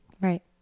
Right